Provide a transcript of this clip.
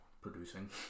producing